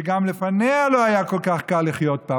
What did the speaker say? שגם לפניה לא היה כל כך קל לחיות פה,